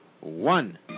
One